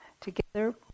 Together